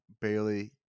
Bailey